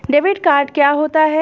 Debit card क्या होता है?